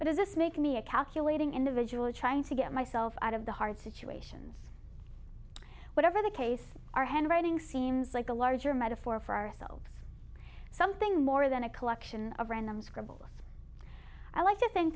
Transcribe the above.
is this make me a calculating individual trying to get myself out of the hard situation zx whatever the case our handwriting seems like a larger metaphor for ourselves something more than a collection of random scribbles i like to think